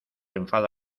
enfada